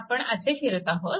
आपण असे फिरत आहोत